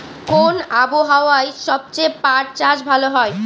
কোন আবহাওয়ায় সবচেয়ে পাট চাষ ভালো হয়?